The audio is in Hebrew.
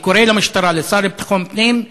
אני קורא למשטרה ולשר לביטחון פנים: